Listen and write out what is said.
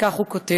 וכך הוא כותב: